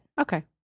Okay